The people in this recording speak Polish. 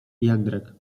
jędrek